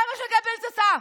זה מה שגבלס עשה.